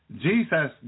Jesus